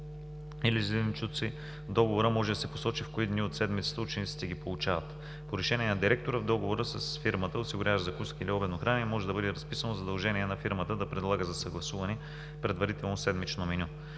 или зеленчуци, в договора може да се посочи в кои дни от седмицата учениците ги получават. По решение на директора в договора с фирмата, осигуряваща закуските или обедно хранене, може да бъде разписано задължение на фирмата да предлага за съгласуване предварително седмично меню.